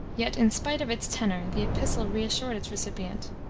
yet, in spite of its tenor, the epistle reassured its recipient.